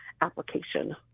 application